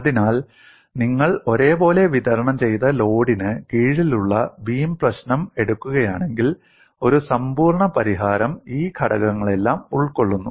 അതിനാൽ നിങ്ങൾ ഒരേപോലെ വിതരണം ചെയ്ത ലോഡിന് കീഴിലുള്ള ബീം പ്രശ്നം എടുക്കുകയാണെങ്കിൽ ഒരു സമ്പൂർണ്ണ പരിഹാരം ഈ ഘടകങ്ങളെല്ലാം ഉൾക്കൊള്ളുന്നു